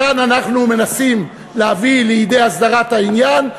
כאן אנחנו מנסים להביא לידי הסדרת העניין,